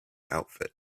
outfit